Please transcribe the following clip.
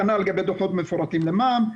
כנ"ל לגבי דו"חות מפורטים למע"מ,